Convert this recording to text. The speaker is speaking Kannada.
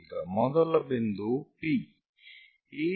ಈಗ ಮೊದಲ ಬಿಂದುವು P